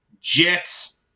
Jets